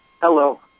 Hello